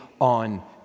on